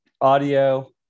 audio